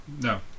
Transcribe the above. No